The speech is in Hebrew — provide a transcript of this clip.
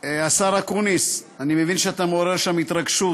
השר אקוניס, אני מבין שאתה מעורר שם התרגשות.